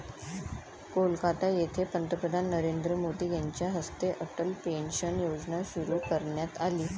कोलकाता येथे पंतप्रधान नरेंद्र मोदी यांच्या हस्ते अटल पेन्शन योजना सुरू करण्यात आली